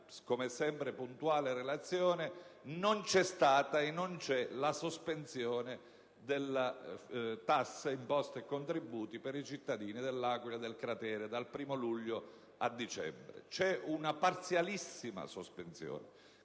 come sempre, puntuale relazione, non c'è stata e non c'è la sospensione di tasse, imposte e contributi per i cittadini dell'Aquila e del cratere dal 1° luglio fino a dicembre. C'è una parzialissima sospensione,